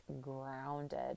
grounded